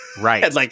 Right